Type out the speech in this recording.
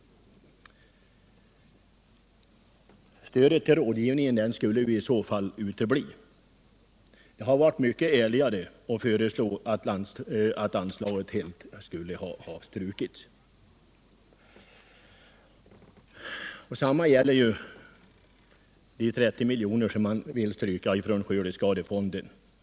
Stödet till rådgivningen skulle i så fall utebli. Det hade varit mycket ärligare att föreslå att anslaget helt skulle strykas. Detsamma gäller de 30 milj.kr. som man vill stryka från skördeskadefonden.